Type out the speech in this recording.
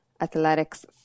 athletics